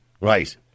Right